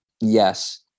yes